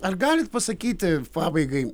ar galit pasakyti pabaigai